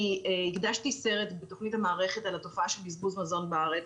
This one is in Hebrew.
הקדשתי סרט בתוכנית "המערכת" על התופעה של בזבוז מזון בארץ,